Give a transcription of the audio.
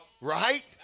Right